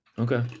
Okay